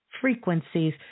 frequencies